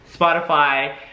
Spotify